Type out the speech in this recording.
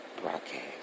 broadcast